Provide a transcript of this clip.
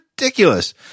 ridiculous